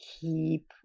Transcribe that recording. keep